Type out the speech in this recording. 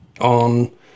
on